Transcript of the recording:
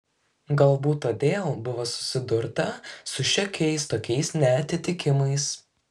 galbūt todėl buvo susidurta su šiokiais tokiais neatitikimais